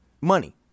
money